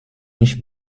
ich